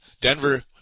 denver